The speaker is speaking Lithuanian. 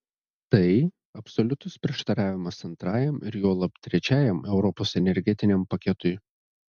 tai absoliutus prieštaravimas antrajam ir juolab trečiajam europos energetiniam paketui